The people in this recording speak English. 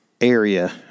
area